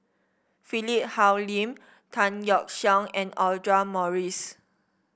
Philip Hoalim Tan Yeok Seong and Audra Morrice